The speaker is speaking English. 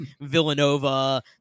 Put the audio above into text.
Villanova